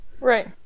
right